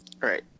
right